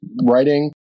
writing